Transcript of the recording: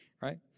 right